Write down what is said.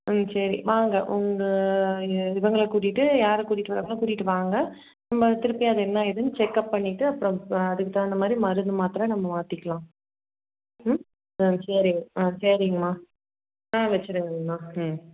ம் சரி வாங்க உங்கள் இவங்க கூட்டிட்டு யாரை கூட்டிட்டு வரிங்களோ கூட்டிட்டு வாங்க நம்ம திருப்பியும் அது என்ன இதுன்னு செக்அப் பண்ணிட்டு அப்புறம் அதுக்கு தகுந்த மாதிரி மருந்து மாத்திரை நம்ம மாற்றிக்கலாம் ம் ஆ சரி ஆ சரிங்மா ஆ வச்சிருங்கங்மா ம்